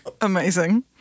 Amazing